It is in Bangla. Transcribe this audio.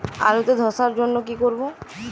আলুতে ধসার জন্য কি করব?